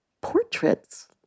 portraits